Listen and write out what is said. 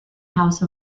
house